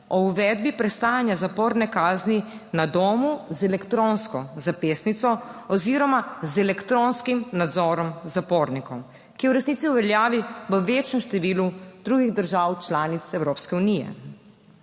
o uvedbi prestajanja zaporne kazni na domu z elektronsko zapestnico oziroma z elektronskim nadzorom zapornikov, ki je v resnici v veljavi v večjem številu drugih držav članic Evropske unije.